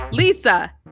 Lisa